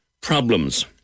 problems